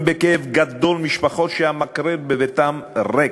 בכאב גדול משפחות שהמקרר בביתן ריק.